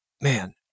man